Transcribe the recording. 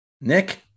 Nick